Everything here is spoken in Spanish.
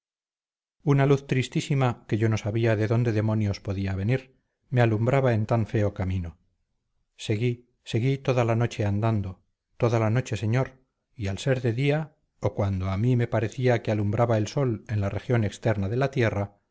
una luz tristísima que yo no sabía de dónde demonios podía venir me alumbraba en tan feo camino seguí seguí toda la noche andando toda la noche señor y al ser de día o cuando a mí me parecía que alumbraba el sol en la región externa de la tierra